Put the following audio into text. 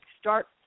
start